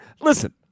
listen